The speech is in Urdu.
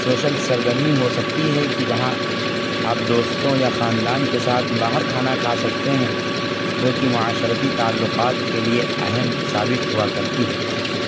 سوشل سرگرمی ہو سکتی ہے کہ جہاں آپ دوستوں یا خاندان کے ساتھ باہر کھانا کھا سکتے ہیں جو کہ معاشرتی تعلقات کے لیے اہم ثابت ہوا کرتی ہے